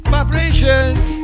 Vibrations